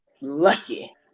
lucky